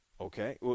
Okay